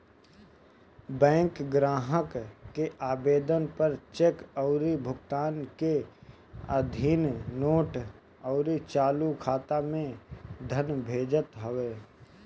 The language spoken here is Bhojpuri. बैंक ग्राहक के आदेश पअ चेक अउरी भुगतान के अधीन नोट अउरी चालू खाता में धन भेजत हवे